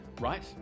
Right